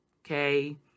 okay